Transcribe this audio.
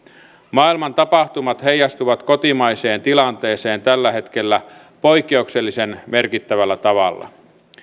maailman tapahtumat heijastuvat kotimaiseen tilanteeseen tällä hetkellä poikkeuksellisen merkittävällä tavalla